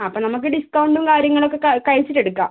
ആ അപ്പോൾ നമുക്ക് ഡിസ്കൗണ്ടും കാര്യങ്ങൾ ഒക്കെ കഴിച്ചിട്ട് എടുക്കാം